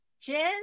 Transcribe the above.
Jen